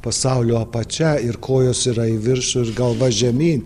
pasaulio apačia ir kojos yra į viršų ir galva žemyn